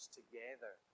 together